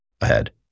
ahead